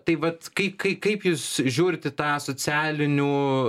tai vat kai kai kaip jūs žiūrit į tą socialinių